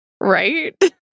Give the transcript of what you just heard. Right